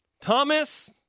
Thomas